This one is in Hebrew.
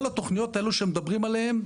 כל התוכניות האלה שמדברים עליהן,